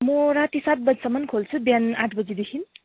म राति सात बजीसम्म खोल्छु बिहान आठ बजीदेखि